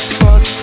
fuck